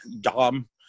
Dom